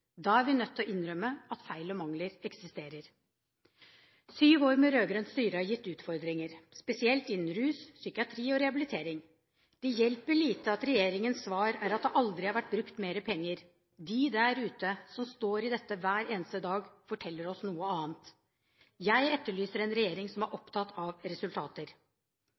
Da er vi nødt til å innrømme at feil og mangler eksisterer. Syv år med rød-grønt styre har gitt utfordringer, spesielt innen rus, psykiatri og rehabilitering. Det hjelper lite at regjeringens svar er at det aldri har vært brukt mer penger. De der ute som står i dette hver eneste dag, forteller oss noe annet. Jeg etterlyser en regjering som er opptatt av resultater.